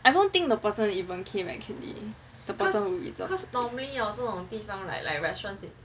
I don't think the person even came actually the person who reserved the place